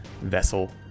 vessel